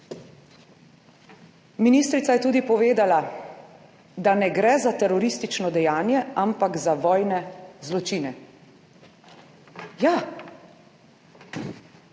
Ministrica je tudi povedala, da ne gre za teroristično dejanje, ampak za vojne zločine. Ja,